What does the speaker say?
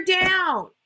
down